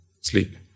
sleep